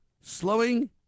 slowing